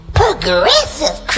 progressive